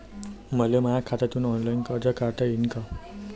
मले माया खात्यातून ऑनलाईन कर्ज काढता येईन का?